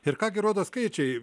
ir ką gi rodo skaičiai